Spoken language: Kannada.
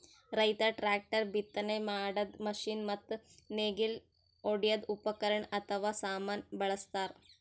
ರೈತರ್ ಟ್ರ್ಯಾಕ್ಟರ್, ಬಿತ್ತನೆ ಮಾಡದ್ದ್ ಮಷಿನ್ ಮತ್ತ್ ನೇಗಿಲ್ ಹೊಡ್ಯದ್ ಉಪಕರಣ್ ಅಥವಾ ಸಾಮಾನ್ ಬಳಸ್ತಾರ್